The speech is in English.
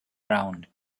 round